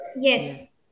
Yes